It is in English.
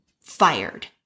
fired